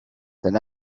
then